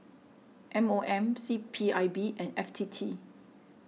M O M C P I B and F T T